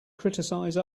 criticize